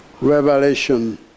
Revelation